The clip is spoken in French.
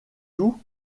tout